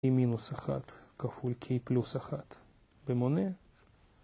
k-1, כפול k+1, במונה.